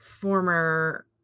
former